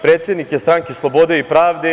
Predsednik je Stranke slobode i pravde.